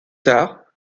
tard